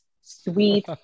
sweet